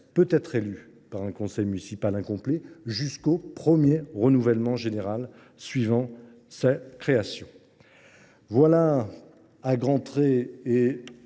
peut être élu par un conseil municipal incomplet jusqu’au premier renouvellement général suivant sa création. À grand trait, et